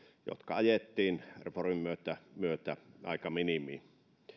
mikä ajettiin reformin myötä myötä aika minimiin